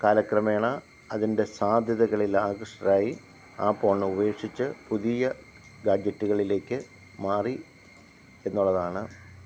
കാലക്രമേണ അതിന്റെ സാധ്യതകളിൽ ആകൃഷ്ടരായി ആ ഫോൺ ഉപേക്ഷിച്ച് പുതിയ ഗാഡ്ജെറ്റുകളിലേക്ക് മാറി എന്നുള്ളതാണ്